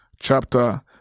chapter